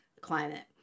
climate